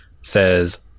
says